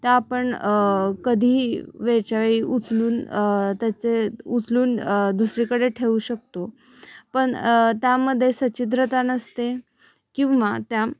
त्या आपण कधीही वेळच्यावेळी उचलून त्याचे उचलून दुसरीकडे ठेवू शकतो पण त्यामध्ये सच्छिद्रता नसते किंवा त्या